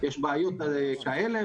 יש בעיות כאלה,